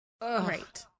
Right